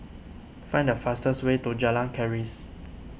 find the fastest way to Jalan Keris